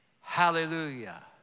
Hallelujah